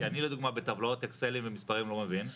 כי אני לדוגמה בטבלאות אקסלים ומספרים לא מבין.